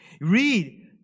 Read